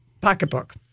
Pocketbook